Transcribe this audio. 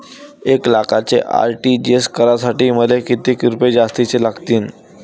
एक लाखाचे आर.टी.जी.एस करासाठी मले कितीक रुपये जास्तीचे लागतीनं?